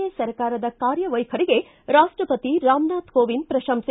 A ಸರ್ಕಾರದ ಕಾರ್ಯ ವೈಖರಿಗೆ ರಾಷ್ಟಪತಿ ರಾಮನಾಥ ಕೋವಿಂದ್ ಪ್ರಶಂಸೆ